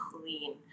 clean